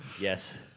Yes